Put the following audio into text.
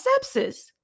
sepsis